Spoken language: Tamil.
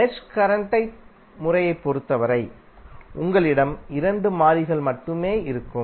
மெஷ் கரண்ட் முறையைப் பொறுத்தவரை உங்களிடம் 2 மாறிகள் மட்டுமே இருக்கும்